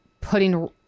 putting